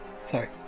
Sorry